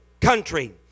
country